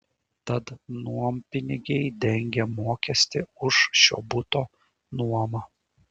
tad nuompinigiai dengia mokestį už šio buto nuomą